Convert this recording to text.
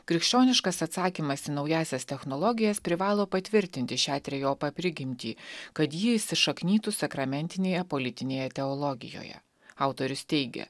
krikščioniškas atsakymas į naująsias technologijas privalo patvirtinti šią trejopą prigimtį kad ji įsišaknytų sakramentinėje politinėje teologijoje autorius teigia